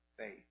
faith